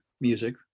music